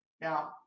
Now